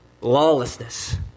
lawlessness